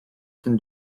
can